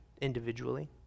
individually